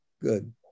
Good